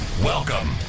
Welcome